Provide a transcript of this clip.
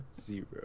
zero